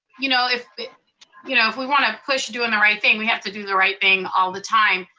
you know if you know if we wanna push doing the right thing, we have to do the right thing all the time,